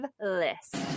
list